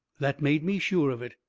that made me sure of it.